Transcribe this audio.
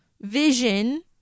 vision